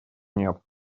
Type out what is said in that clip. нет